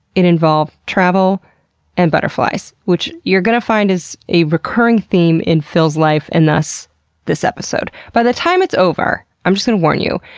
it involved travel and butterflies, which you're gonna find is a recurring theme in phil's life and thus this episode. by the time it's over, i'm just gonna warn you,